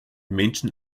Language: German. menschen